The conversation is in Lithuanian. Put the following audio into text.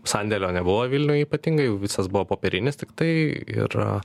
sandėlio nebuvo vilniuj ypatingai visas buvo popierinis tiktai ir